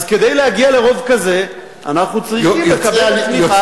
אז כדי להגיע לרוב כזה אנחנו צריכים לקבל את תמיכת,